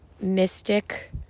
mystic